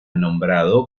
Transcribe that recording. nombrado